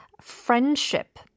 friendship